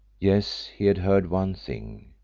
yes, he had heard one thing,